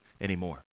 anymore